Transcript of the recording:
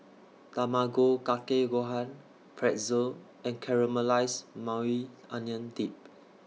Tamago Kake Gohan Pretzel and Caramelized Maui Onion Dip